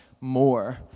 more